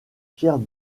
pierre